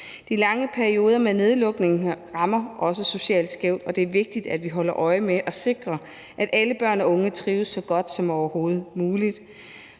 De lange perioder med nedlukning rammer også socialt skævt, og det er vigtigt, at vi holder øje med og sikrer, at alle børn og unge trives så godt som overhovedet muligt.